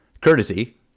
courtesy